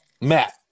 matt